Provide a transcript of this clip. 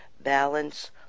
balance